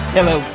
Hello